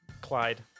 Clyde